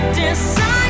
decide